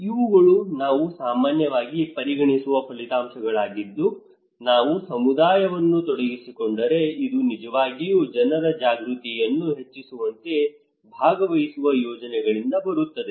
ಇವುಗಳು ನಾವು ಸಾಮಾನ್ಯವಾಗಿ ಪರಿಗಣಿಸುವ ಫಲಿತಾಂಶಗಳಾಗಿದ್ದು ನಾವು ಸಮುದಾಯವನ್ನು ತೊಡಗಿಸಿಕೊಂಡರೆ ಅದು ನಿಜವಾಗಿಯೂ ಜನರ ಜಾಗೃತಿಯನ್ನು ಹೆಚ್ಚಿಸುವಂತಹ ಭಾಗವಹಿಸುವ ಯೋಜನೆಗಳಿಂದ ಬರುತ್ತದೆ